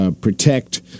protect